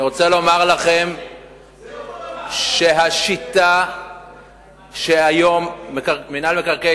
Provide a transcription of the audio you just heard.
אני רוצה לומר לכם שהשיטה שבה היום מינהל מקרקעי